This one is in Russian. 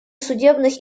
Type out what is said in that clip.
судебных